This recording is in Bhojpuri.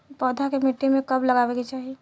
पौधा के मिट्टी में कब लगावे के चाहि?